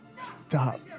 Stop